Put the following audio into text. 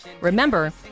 Remember